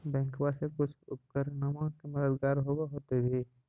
बैंकबा से कुछ उपकरणमा के मददगार होब होतै भी?